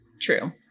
True